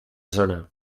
zona